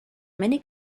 many